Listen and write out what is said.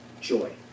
joy